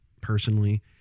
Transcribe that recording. personally